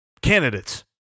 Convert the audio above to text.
candidates